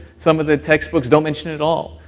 some of the textbooks don't mention it, at all.